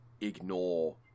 ignore